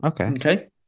Okay